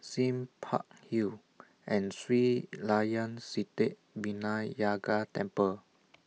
Sime Park Hill and Sri Layan Sithi Vinayagar Temple